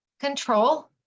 control